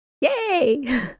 yay